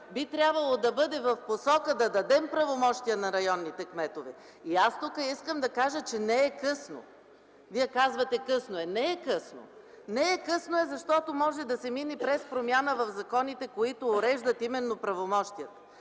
би трябвало да бъде в посока да дадем правомощия на районните кметове. Тук искам да кажа, че не е късно. Вие казвате – късно е. Не е късно! Не е късно, защото може да се мине през промяна в законите, които уреждат правомощията.